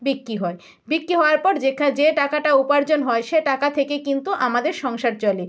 বিক্রি হয় বিক্রি হওয়ার পর যেখান যে টাকাটা উপার্জন হয় সে টাকা থেকে কিন্তু আমাদের সংসার চলে